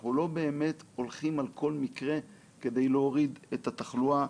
אנחנו לא באמת הולכים על כל מקרה כדי להוריד את התחלואה,